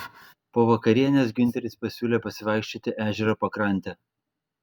po vakarienės giunteris pasiūlė pasivaikščioti ežero pakrante